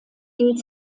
gilt